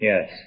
Yes